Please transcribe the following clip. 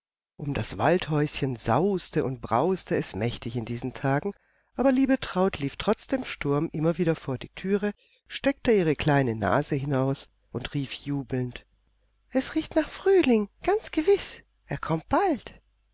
um das waldhäuschen sauste und brauste es mächtig in diesen tagen aber liebetraut lief trotz dem sturm immer wieder vor die türe steckte ihre kleine nase hinaus und rief jubelnd es riecht nach frühling ganz gewiß er kommt bald